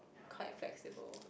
quite flexible